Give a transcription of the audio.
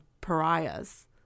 pariahs